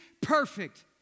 perfect